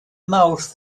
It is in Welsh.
mawrth